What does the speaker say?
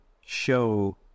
show